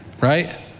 right